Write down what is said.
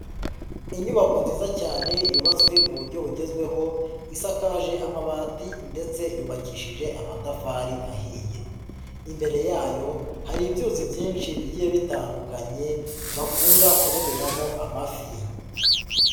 Inyubako nziza cyane yubatswe mu buryo bugezweho, isakaje amabati ndetse yubakishije amatafari ahiye, imbere yayo hari ibyuzi byinshi bigiye bitandukanye, bakunda kuroberamo amafi.